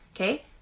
Okay